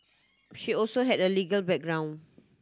she also had a legal background